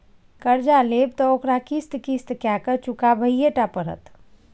कर्जा लेब त ओकरा किस्त किस्त कए केँ चुकबहिये टा पड़त